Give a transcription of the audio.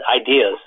ideas